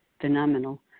phenomenal